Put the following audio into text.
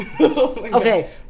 Okay